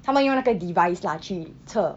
他们用那个 device lah 去测